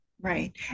Right